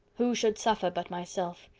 who should suffer but myself?